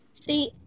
See